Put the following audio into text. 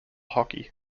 hockey